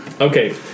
Okay